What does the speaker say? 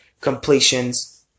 completions